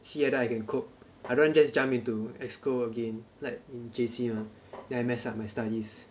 see whether I can cope I don't want just jump into EXCO again like in J_C lah then I mess up my studies